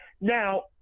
Now